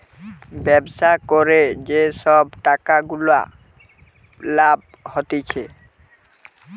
ব্যবসা করে যে সব টাকা গুলা লাভ হতিছে